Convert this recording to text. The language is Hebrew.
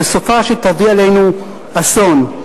וסופה שתביא עלינו אסון.